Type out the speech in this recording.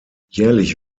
jährlich